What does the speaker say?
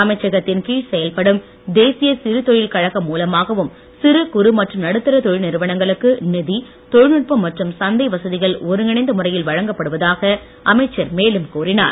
அமைச்சகத்தின் கீழ் செயல்படும் தேசிய சிறு தொழில் கழகம் மூலமாகவும் சிறு குறு மற்றும் நடுத்தர தொழில் நிறுவனங்களுக்கு நிதி தொழில்நுட்பம் மற்றும் சந்தை வசதிகள் ஒருங்கிணைந்த முறையில் வழங்கப்படுவதாகஅமைச்சர் மேலும் கூறினார்